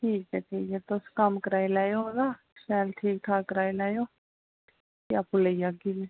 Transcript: ठीक ऐ ठीक ऐ तुस कम्म कराई लैयो ओह्दा शैल ठीक ठाक कराई लैयो ते आपूं लेई जागी में